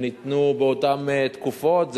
שניתנו באותן תקופות,